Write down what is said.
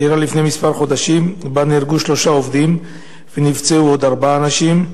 שאירעה לפני כמה חודשים ונהרגו בה שלושה עובדים ונפצעו עוד ארבעה אנשים,